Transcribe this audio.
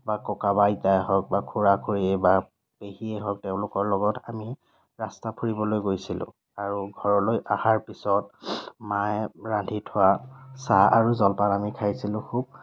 বা ককা বা আইতায়ে হওক বা খুৰা খুৰী বা পেহীয়েই হওক তেওঁলোকৰ লগত আমি ৰাষ্টা ফুৰিবলৈ গৈছিলোঁ আৰু ঘৰলৈ আহাৰ পিছত মায়ে ৰান্ধি থোৱা চাহ আৰু জলপান আমি খাইছিলোঁ খুব